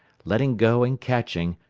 letting go and catching,